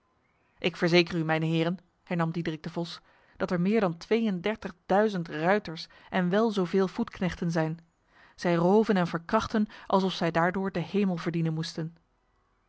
ik verzeker u mijne heren hernam diederik de vos dat er meer dan tweeëndertigduizend ruiters en wel zo veel voetknechten zijn zij roven en verkrachten alsof zij daardoor de hemel verdienen moesten